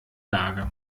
lage